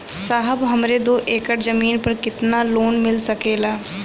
साहब हमरे दो एकड़ जमीन पर कितनालोन मिल सकेला?